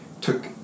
took